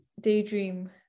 daydream